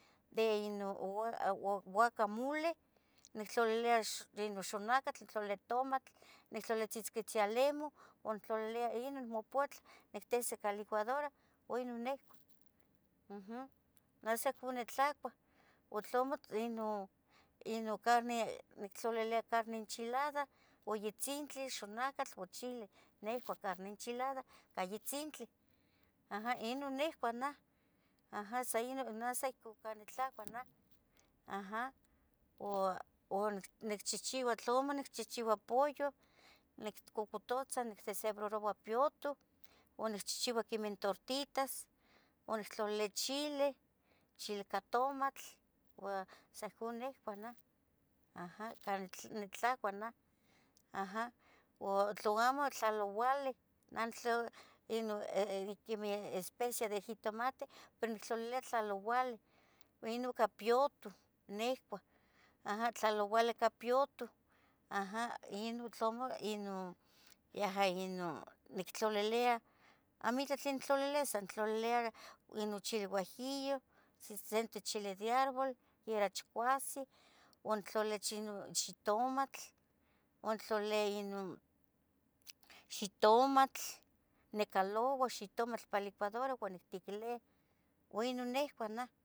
inon guacamole nictlolilia, xonacatl, nictlolilia tomatl, nictlolilia atzocotzin alimoh, ontlalilia Inon mopouatl inon nictizi ica lucuadora, Inon nicuah, neh san ohcon nitlacuah nictlalilia carne enchilada o yitzintli xonacatl o chile, nicua carne enchilada iuan yitzintli, ino nicuah neh san ohcon nitlacuah eh. Tlamo nichchichiua pollo nicocototza nicdesebraroua piyotoh uan nichihchiua quemen tortitas, o nictlalilia chili, chili icah tomatl, uan sah coh nicuah nah, ohco nicuah nah aja. Tlamo tlaloualih quemeh especie de jitomate, pero nictlaliali tlalouali inon ica piyoto nicuah, tlalouali ica piyoto aja, inon tlamo Inon nictlalilia, amo itlah nictloliliah, nictloliliah san guajillo, sansete chile de árbol siquiera chicuace, nictlolilia xitomatl, ontlalilia xitomatl nicaloua, xitomatl para in licuadora uan nictequili uan ino nicuah naj